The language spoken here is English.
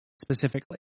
specifically